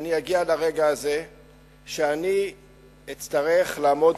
שאני אגיע לרגע הזה שאני אצטרך לעמוד